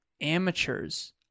Amateurs